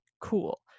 cool